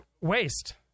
waste